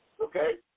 okay